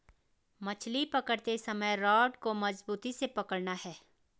मछली पकड़ते समय रॉड को मजबूती से पकड़ना है